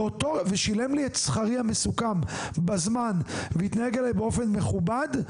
ושילם לי את שכרי המסוכם בזמן והתנהג אליי באופן מכובד,